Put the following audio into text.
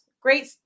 Great